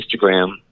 Instagram